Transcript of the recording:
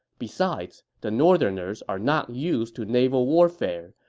besides, the northerners are not used to naval warfare.